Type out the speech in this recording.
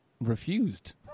Refused